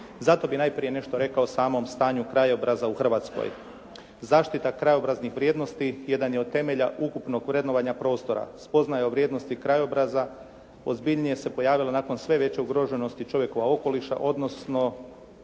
Zato bih najprije nešto rekao o samom stanju krajobraza u Hrvatskoj. Zaštita krajobraznih vrijednosti jedan je od temelja ukupnog vrednovanja prostora. Spoznaja o vrijednosti krajobraza ozbiljnije se pojavila nakon sve veće ugroženosti čovjekova okoliša odnosno